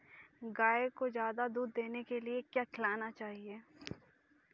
गाय को ज्यादा दूध देने के लिए क्या खिलाना चाहिए?